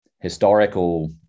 historical